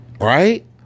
Right